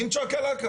עם צ'קלקה